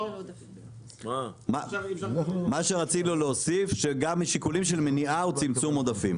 מה שרצינו להוסיף שגם משיקולים של מניעה או צמצום עודפים.